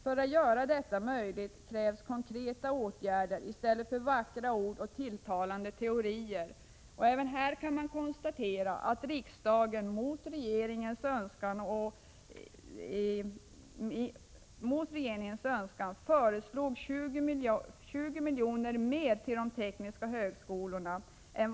För att göra detta möjligt krävs konkreta åtgärder i stället för vackra ord och tilltalande teorier. Även här kan man konstatera att riksdagen — mot regeringens önskan — föreslog 20 miljoner mer än regeringen till de tekniska högskolorna.